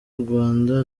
rwanda